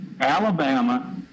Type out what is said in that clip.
Alabama